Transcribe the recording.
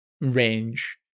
Range